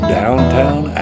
downtown